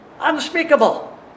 unspeakable